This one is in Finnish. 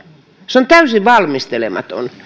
se on täysin valmistelematon